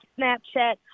Snapchat